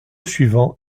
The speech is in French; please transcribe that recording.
suivant